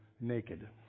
naked